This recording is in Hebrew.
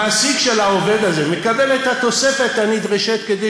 המעסיק של העובד הזה מקבל את התוספת הנדרשת כדי